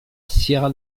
sierra